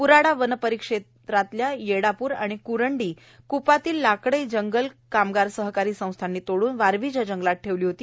पुराडा वन परिक्षेत्रातल्या येडापूर आणि कुरंडी कुपातील लाकडे जंगल कामगार सहकारी संस्थांनी तोडून वारवीच्या जंगलात ठेवली होती